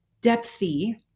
depthy